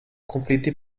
complété